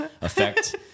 effect